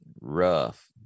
rough